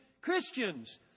Christians